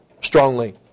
strongly